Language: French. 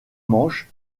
manche